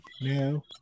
no